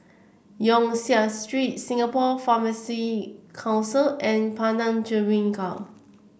Yong Siak Street Singapore Pharmacy Council and Padang Jeringau